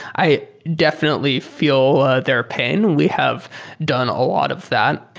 i definitely feel ah their pain. we have done a lot of that.